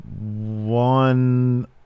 One